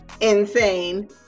insane